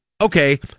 okay